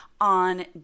on